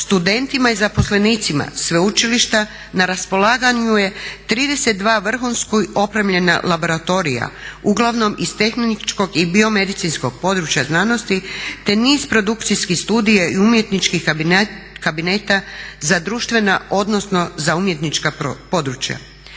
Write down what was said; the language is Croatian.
Studentima i zaposlenicima sveučilišta na raspolaganju je 32 vrhunska opremljena laboratorija uglavnom iz tehničkog i biomedicinskog područja znanosti te niz produkcijskih studija i umjetničkih kabineta za društvena, odnosno za umjetnička područja.